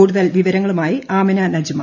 കൂടുതൽ വിവരങ്ങളുമായി ആമിന നജുമ